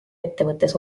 ettevõttes